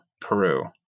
Peru